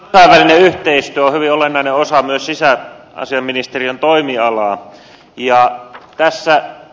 kansainvälinen yhteistyö on hyvin olennainen osa myös sisäasiainministeriön toimialaa